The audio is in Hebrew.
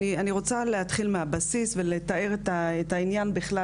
אני רוצה להתחיל מהבסיס ולתאר את העניין בכלל,